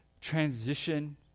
transition